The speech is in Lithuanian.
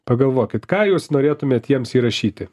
pagalvokit ką jūs norėtumėt jiems įrašyti